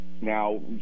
Now